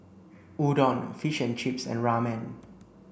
Udon Fish and Chips and Ramen